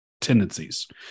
tendencies